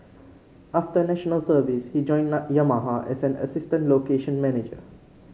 after National Service he joined Yamaha as an assistant location manager